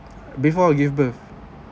before you give birth